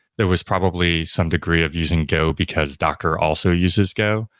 there was probably some degree of using go because, docker also uses go,